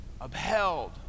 upheld